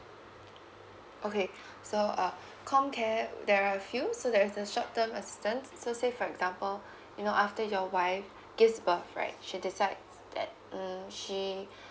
okay so uh comcare there are a few so there is the short term assistance so say for example you know after your wife gives birth right she decide that mm she